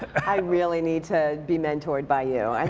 i really need to be mentored by you. i